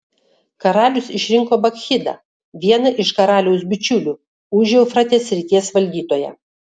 karalius išrinko bakchidą vieną iš karaliaus bičiulių užeufratės srities valdytoją